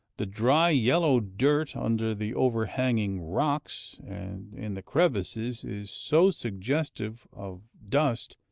the dry, yellow dirt under the overhanging rocks, and in the crevices, is so suggestive of dust,